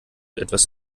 etwas